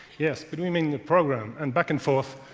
yes, but we mean the program. and back and forth.